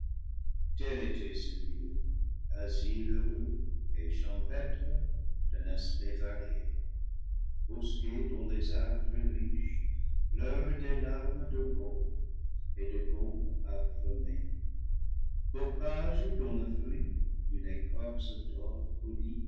tel était ce lieu asile heureux et champêtre d'un aspect varié bosquets dont les arbres riches pleurent des larmes de baumes et de gommes parfumées bocages dont le fruit d'une écorce d'or